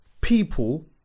people